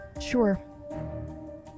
Sure